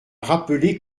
rappelé